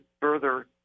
further